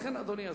לכן, אדוני השר,